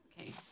Okay